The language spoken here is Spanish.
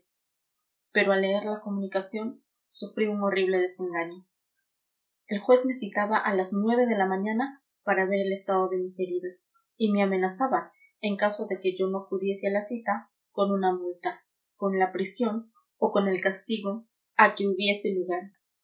la comunicación sufrí un horrible desengaño el juez me citaba a las nueve de la mañana para ver el estado de mis heridas y me amenazaba en caso de que yo no acudiese a la cita con una multa con la prisión o con el castigo a que hubiese lugar